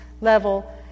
level